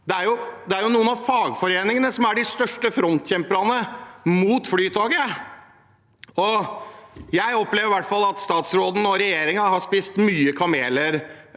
Det er noen av fagforeningene som er de største frontkjemperne mot Flytoget. Jeg opplever i hvert fall at statsråden og regjeringen har svelget mange kameler